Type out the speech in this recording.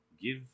give